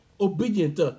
obedient